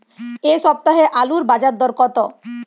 এ সপ্তাহে আলুর বাজার দর কত?